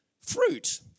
fruit